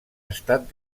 estat